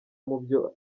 mubyo